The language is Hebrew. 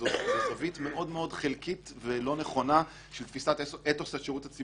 וימונה לוועדת האיתור,